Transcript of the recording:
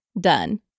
done